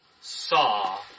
saw